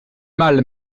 mal